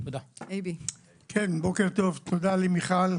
אייבי מוזס,